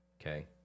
Okay